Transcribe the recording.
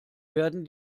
werden